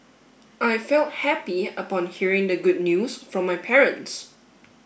I felt happy upon hearing the good news from my parents